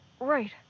Right